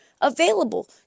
available